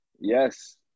Yes